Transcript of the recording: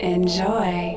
Enjoy